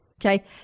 Okay